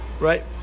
right